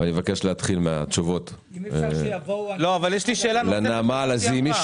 ואבקש להתחיל בתשובות לנעמה לזימי.